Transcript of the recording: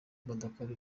badakora